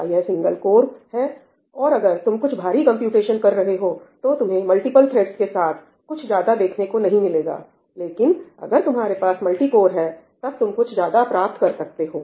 क्या यह single core है और अगर तुम कुछ भारी कंप्यूटेशन कर रहे हो तो तुम्हें मल्टीपल थ्रेड्स के साथ कुछ ज्यादा देखने को नहीं मिलेगा लेकिन अगर तुम्हारे पास मल्टीकोर है तब तुम कुछ ज्यादा प्राप्त कर सकते हो